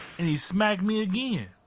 and he smacked me again.